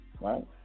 Right